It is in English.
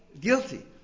guilty